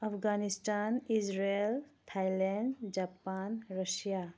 Afghanistan Israel Thailand Japan Russia